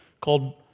called